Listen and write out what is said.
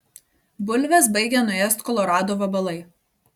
bulves baigia nuėst kolorado vabalai